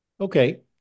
okay